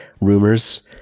rumors